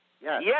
Yes